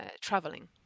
traveling